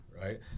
right